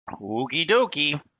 Okey-dokey